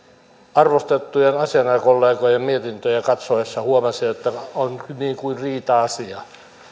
arvostettujen asianajajakollegojen mietintöjä katsoessa huomasin että tämä on niin kuin riita asia